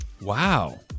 Wow